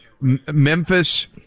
Memphis